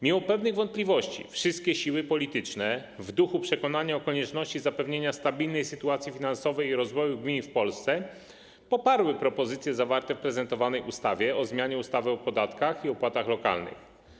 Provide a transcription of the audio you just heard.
Mimo pewnych wątpliwości wszystkie siły polityczne w duchu przekonania o konieczności zapewnienia stabilnej sytuacji finansowej i rozwoju gmin w Polsce poparły propozycje zawarte w prezentowanej ustawie o zmianie ustawy o podatkach i opłatach lokalnych.